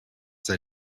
sei